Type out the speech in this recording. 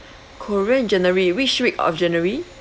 korean in january which week of january